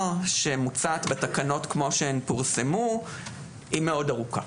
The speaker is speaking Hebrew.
שמוצעת בתקנות כמו שהן פורסמו מאוד ארוכה,